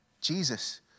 Jesus